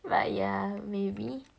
but yeah maybe